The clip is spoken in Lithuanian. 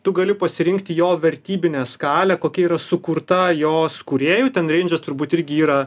tu gali pasirinkti jo vertybinę skalę kokia yra sukurta jos kūrėjų ten reindžas turbūt irgi yra